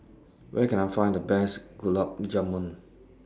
Where Can I Find The Best Gulab Jamun